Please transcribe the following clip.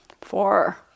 four